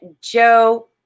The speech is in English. Joe